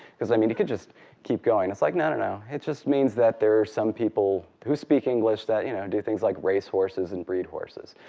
because i mean you could just keep going. it's like no, no, no. it's just means that there are some people who speak english that you know do things like race horses and breed horses.